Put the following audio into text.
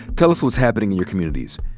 tell us what's happening in your communities.